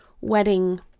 wedding